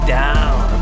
down